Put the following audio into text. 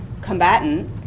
combatant